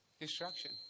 Destruction